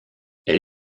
elle